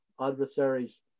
adversaries